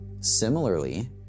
Similarly